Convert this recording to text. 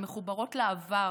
המחוברות לעבר,